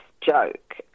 joke